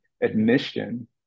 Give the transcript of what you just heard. admission